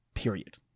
Period